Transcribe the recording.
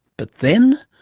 but then.